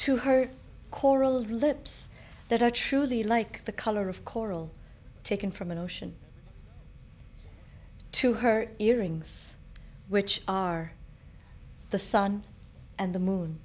to her coral lips that are truly like the color of coral taken from an ocean to her earrings which are the sun and the moon